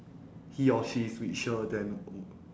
he or she is richer than